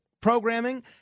programming